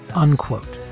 unquote.